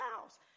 house